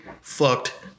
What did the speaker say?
fucked